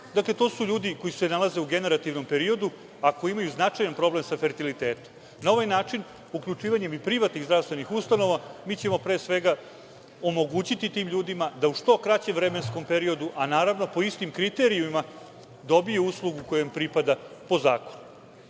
to su ljudi koji se nalaze u generativnom periodu, a koji imaju značajan problem sa fertilitetom. Na ovaj način uključivanjem i privatnih zdravstvenih ustanova mi ćemo pre svega omogućiti tim ljudima da u što kraćem vremenskom periodu, a naravno po istim kriterijumima dobiju uslugu koja ima pripada po zakonu. Sve